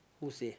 who say